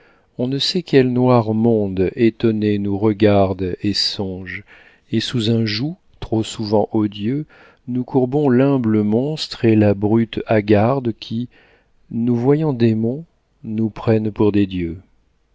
on ne sait quel noir monde étonné nous regarde et songe et sous un joug trop souvent odieux nous courbons l'humble monstre et la brute hagarde qui nous voyant démons nous prennent pour des dieux